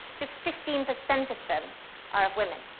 just fifteen per cent of them are of women.